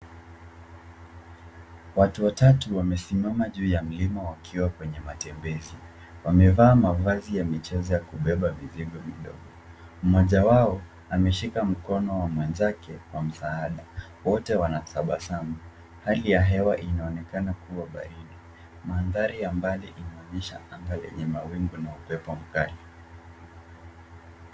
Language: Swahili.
Watu watatu wamesimama juu ya mlima wakiwa kwenye matembezi. Wamevaa mavazi ya michezo ya kubeba mizigo midogo. Mmoja wao ameshika mkono wa mwenzake kwa msaada. Wote wanatabasamu. Hali ya hewa inaonekana kuwa baridi. Mandhari ya mbali inaonyesha anga lenye mawingu na upepo mkali.